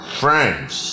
friends